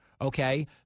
okay